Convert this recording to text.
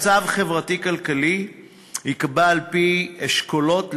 המצב החברתי-כלכלי ייקבע על-פי אשכולות,